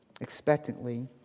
expectantly